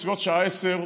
בסביבות השעה 10:00,